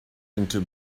into